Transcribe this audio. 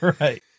Right